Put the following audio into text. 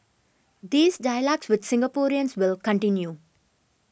these dialogues with Singaporeans will continue